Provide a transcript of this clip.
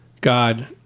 God